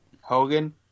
Hogan